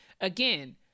Again